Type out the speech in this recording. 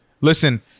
Listen